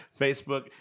Facebook